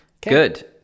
Good